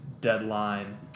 deadline